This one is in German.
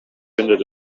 findet